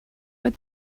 but